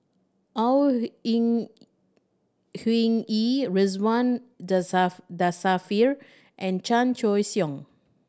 Au Hing Yee Ridzwan Dzafir and Chan Choy Siong